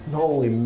Holy